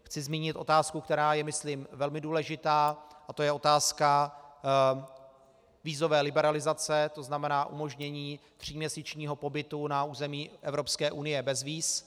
Chci zmínit otázku, která je myslím velmi důležitá, a to je otázka vízové liberalizace, to znamená umožnění tříměsíčního pobytu na území Evropské unie bez víz.